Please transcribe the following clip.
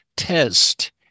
Test